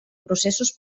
processos